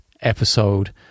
episode